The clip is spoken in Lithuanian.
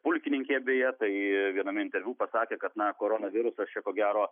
pulkininkė beje tai viename interviu pasakė kad na koronavirusas čia ko gero